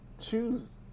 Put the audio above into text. choose